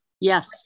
Yes